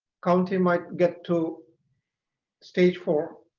county might get to stage four